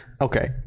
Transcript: Okay